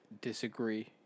disagree